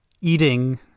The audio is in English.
eating